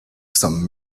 some